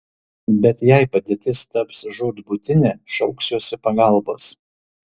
bet jei padėtis taps žūtbūtinė šauksiuosi pagalbos